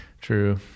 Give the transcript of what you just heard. True